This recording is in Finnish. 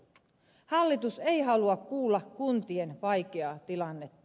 hallitus ei halua kuulla kuntien vaikeaa tilannetta